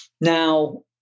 now